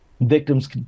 victims